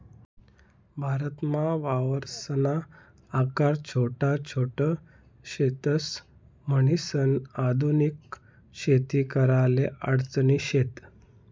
भारतमा वावरसना आकार छोटा छोट शेतस, म्हणीसन आधुनिक शेती कराले अडचणी शेत